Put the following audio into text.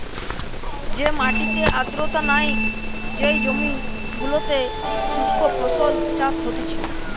যে মাটিতে আর্দ্রতা নাই, যেই জমি গুলোতে শুস্ক ফসল চাষ হতিছে